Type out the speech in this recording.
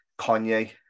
Kanye